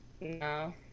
No